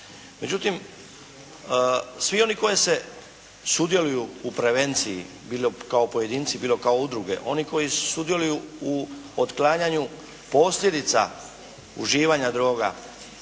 Međutim svi oni koje se, sudjeluju u prevenciji bilo kao pojedinci bilo kao udruge, oni koji sudjeluju u otklanjanju posljedica uživanja droga